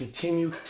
continue